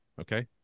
okay